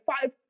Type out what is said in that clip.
five